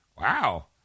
wow